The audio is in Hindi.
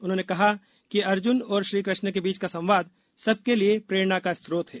उन्होंने कहा कि अर्जुन और श्रीकृष्ण के बीच का संवाद सब के लिए प्रेरणा का श्रोत है